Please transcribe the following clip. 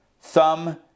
thumb